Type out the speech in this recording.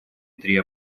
три